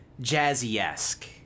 jazzy-esque